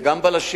זה גם בלשים,